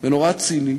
ונורא ציני,